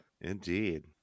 Indeed